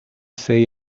say